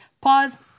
pause